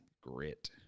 Grit